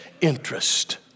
interest